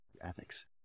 ethics